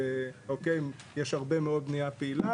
יש הרבה מאוד בנייה פעילה,